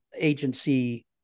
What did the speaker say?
agency